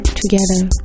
together